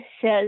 says